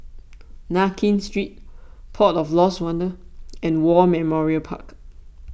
Nankin Street Port of Lost Wonder and War Memorial Park